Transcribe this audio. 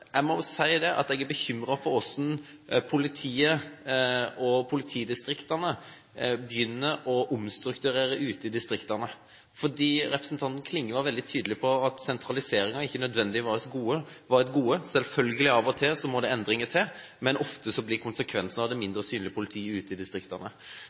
jeg er bekymret for hvordan politiet og politidistriktene begynner å omstrukturere ute i distriktene. Representanten Klinge var veldig tydelig på at sentraliseringen ikke nødvendigvis var et gode. Selvfølgelig må det av og til endringer til, men ofte blir konsekvensen av det